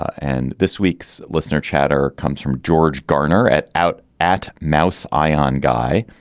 and this week's listener chatter comes from george garner at out at mouse iron guy,